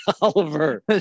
Oliver